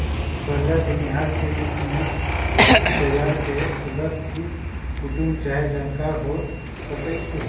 करजा देनिहार के रूप में व्यक्ति परिवार के सदस्य, हित कुटूम चाहे जानकार हो सकइ छइ